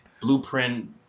Blueprint